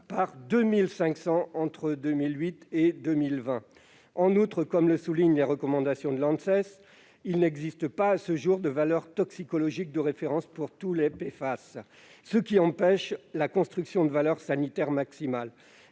par 2 500 entre 2008 et 2020. En outre, comme le souligne l'Anses dans ses recommandations, il n'existe pas à ce jour de valeurs toxicologiques de référence pour tous les PFAS, ce qui empêche la construction de valeurs sanitaires maximales.